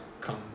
come